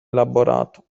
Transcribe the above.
elaborato